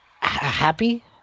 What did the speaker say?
happy